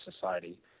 society